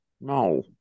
no